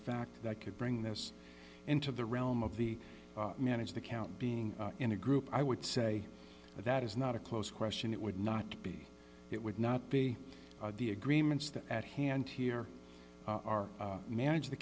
fact that could bring this into the realm of the manage the count being in a group i would say that is not a close question it would not be it would not be the agreements that at hand here are managed to